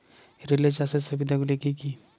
Relay চাষের সুবিধা গুলি কি কি?